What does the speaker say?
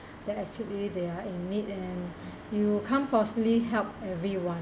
that actually they are in need and you can't possibly help everyone